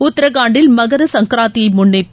உத்தராகண்டில் மகர சங்கராந்தியை முன்னிட்டு